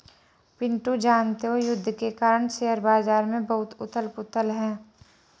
पिंटू जानते हो युद्ध के कारण शेयर बाजार में बहुत उथल पुथल है